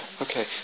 Okay